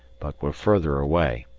but were further away,